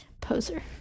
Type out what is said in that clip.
Poser